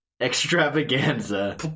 extravaganza